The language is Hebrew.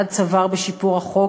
עד צוואר בשיפור החוק,